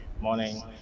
morning